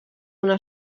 una